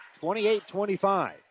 28-25